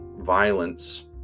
violence